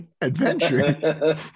adventure